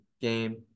game